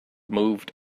moved